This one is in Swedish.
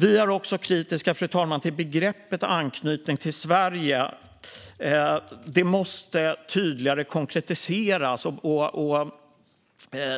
Vi är också kritiska, fru talman, till begreppet "anknytning till Sverige". Det måste konkretiseras och